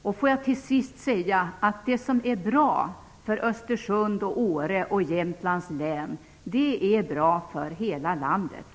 Jag vill till sist säga att det som är bra för Östersund, Åre och Jämtlands län är bra för hela landet.